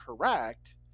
correct